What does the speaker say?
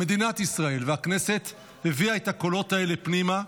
למדינת ישראל, והכנסת הביאה את הקולות האלה פנימה.